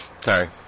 Sorry